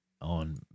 on